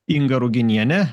inga ruginienė